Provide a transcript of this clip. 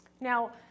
Now